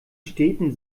städten